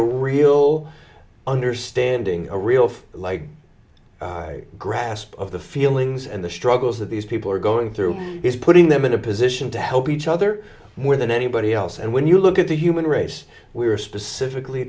a real understanding a real like grasp of the feelings and the struggles that these people are going through is putting them in a position to help each other more than anybody else and when you look at the human race we are specifically